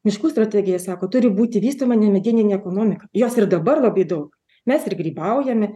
miškų strategija sako turi būti vystoma nemedieninė ekonomika jos ir dabar labai daug mes ir grybaujame